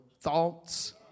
thoughts